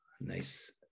nice